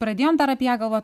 pradėjom dar apie ją galvot